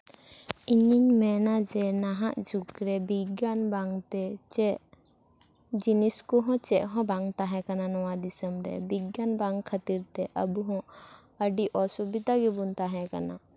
ᱤᱧᱤᱧ ᱢᱮᱱᱟ ᱡᱮ ᱱᱟᱦᱟᱜ ᱡᱩᱜᱽ ᱨᱮ ᱵᱤᱜᱽᱜᱟᱱ ᱵᱟᱝ ᱛᱮ ᱪᱮᱫ ᱡᱤᱱᱤᱥ ᱠᱚᱦᱚᱸ ᱪᱮᱫ ᱦᱚᱸ ᱵᱟᱝ ᱛᱟᱦᱮᱸ ᱠᱟᱱᱟ ᱱᱚᱣᱟ ᱫᱤᱥᱚᱢ ᱨᱮ ᱵᱤᱜᱽᱜᱟᱱ ᱵᱟᱝ ᱠᱷᱟᱹᱛᱤᱨ ᱛᱮ ᱟᱵᱚ ᱦᱚᱸ ᱟᱹᱰᱤ ᱚᱥᱩᱵᱤᱛᱟ ᱜᱮᱵᱚᱱ ᱛᱟᱦᱮᱸ ᱠᱟᱱᱟ